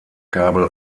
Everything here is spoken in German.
kabel